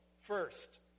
first